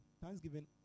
Thanksgiving